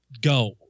Go